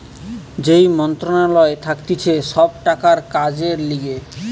যেই মন্ত্রণালয় থাকতিছে সব টাকার কাজের লিগে